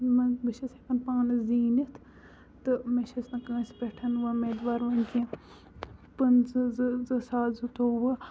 اَتھن منٛز بہٕ چھَس ہٮ۪کان پانہٕ زیٖنِتھ تہٕ بہٕ چھَس نہٕ کٲنسہِ پٮ۪ٹھ وۄمیدوار وٕنکیٚن پٕنژٕ زٕ زٕ ساس زٕ تووُہ